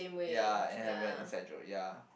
ya and have an inside joke ya